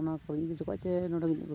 ᱚᱱᱟ ᱠᱚᱨᱮᱧ ᱤᱫᱤ ᱴᱚᱠᱟᱜᱼᱟ ᱪᱮ ᱱᱚᱰᱮᱜᱮᱧ ᱟᱜᱩᱴᱚ ᱠᱟᱜᱼᱟ